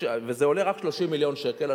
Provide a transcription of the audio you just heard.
וזה עולה רק 30 מיליון שקל,